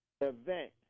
event